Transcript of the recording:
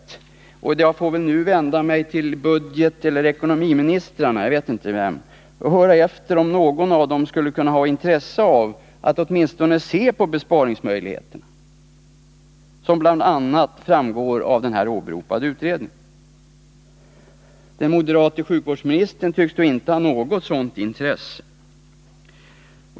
Jag får väl nu vända mig till budgeteller ekonomiministern — jag vet inte vem — och höra efter om någon av dem skulle kunna ha intresse av att åtminstone se på besparingsmöjligheterna, som bl.a. framgår av den åberopade utredningen. Den moderata sjukvårdsministern tycks inte ha något sådant intresse.